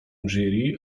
jury